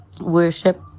worship